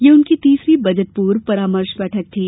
यह उनकी तीसरी बजट पूर्व परामर्श बैठक थी